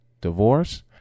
divorce